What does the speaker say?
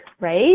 right